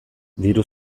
diru